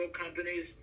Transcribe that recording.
companies